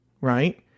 right